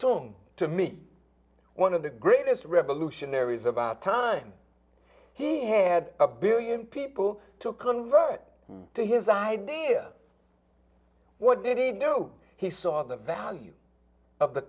don't to me one of the greatest revolutionaries about time he had a billion people to convert to his idea what did he know he saw the value of the